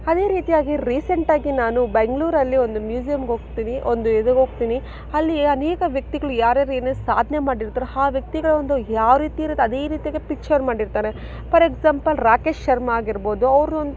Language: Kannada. ಅದೇ ರೀತಿಯಾಗಿ ರೀಸೆಂಟ್ ಆಗಿ ನಾನು ಬೆಂಗಳೂರಲ್ಲಿ ಒಂದು ಮ್ಯೂಸಿಯಮ್ಗೋಗ್ತೀನಿ ಒಂದು ಇದಕ್ಕೆ ಹೋಗ್ತೀನಿ ಅಲ್ಲಿ ಅನೇಕ ವ್ಯಕ್ತಿಗಳು ಯಾರ್ಯಾರು ಏನೇನು ಸಾಧನೆ ಮಾಡಿರ್ತಾರೋ ಆ ವ್ಯಕ್ತಿಗಳ ಒಂದು ಯಾವ ರೀತಿ ಇರತ್ತೆ ಅದೇ ರೀತಿಗೆ ಪಿಚ್ಚರ್ ಮಾಡಿರ್ತಾನೆ ಫಾರ್ ಎಕ್ಸಾಮ್ಪಲ್ ರಾಕೇಶ್ ಶರ್ಮ ಆಗಿರ್ಬೋದು ಅವರು